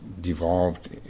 devolved